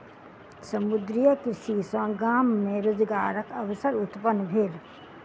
समुद्रीय कृषि सॅ गाम मे रोजगारक अवसर उत्पन्न भेल